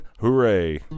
hooray